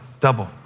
double